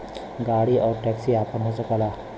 गाड़ी आउर टैक्सी आपन हो सकला